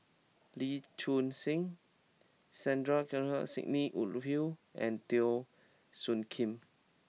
Lee Choon Seng Sandrasegaran Sidney Woodhull and Teo Soon Kim